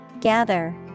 Gather